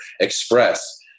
express